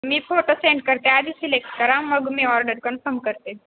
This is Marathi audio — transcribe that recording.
मी फोटो सेंड करते आधी सिलेक्ट करा मग मी ऑर्डर कन्फर्म करते